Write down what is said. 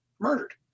murdered